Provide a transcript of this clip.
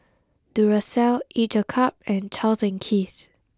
Duracell Each a cup and Charles and Keith